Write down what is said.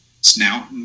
snout